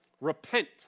Repent